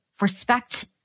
respect